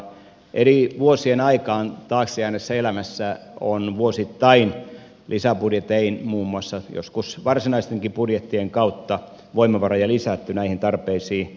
eri vuosien aikaan taakse jääneessä elämässä on vuosittain lisäbudjetein muun muassa joskus varsinaistenkin budjettien kautta voimavaroja lisätty näihin tarpeisiin